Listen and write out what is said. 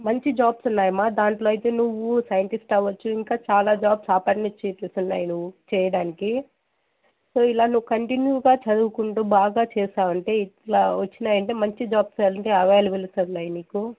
మంచి జాబ్స్ ఉన్నాయమ్మా దాంట్లో అయితే నువ్వు సైంటిస్ట్ అవ్వచ్చు ఇంకా చాలా జాబ్స్ ఆపర్చునిటీస్ ఉన్నాయి నువ్వు చేయడానికి సో ఇలా నువ్వు కంటిన్యూగా చదువుకుంటూ బాగా చేసావంటే ఇట్లా వచ్చినా అంటే మంచి జాబ్స్ అవైలబుల్ ఉన్నాయి నీకు